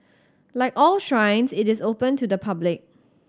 like all shrines it is open to the public